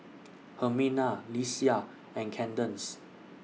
Hermina Lesia and Candace